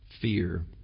fear